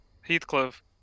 Heathcliff